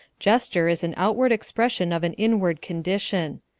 gesture is an outward expression of an inward condition.